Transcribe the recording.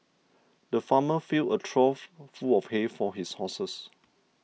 the farmer filled a trough full of hay for his horses